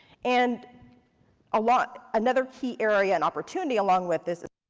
and a lot, another key area and opportunity along with this